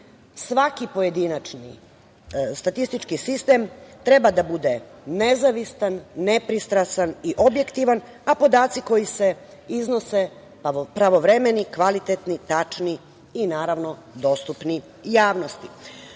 pojedinačni statistički sistem treba da bude nezavistan, nepristrasan i objektivan, a podaci koji se iznose pravovremeni, kvalitetni, tačni i, naravno, dostupni javnosti.U